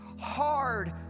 hard